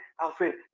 Alfred